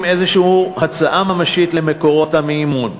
איזושהי הצעה ממשית למקורות המימון.